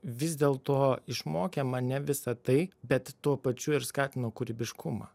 vis dėl to išmokė mane visa tai bet tuo pačiu ir skatino kūrybiškumą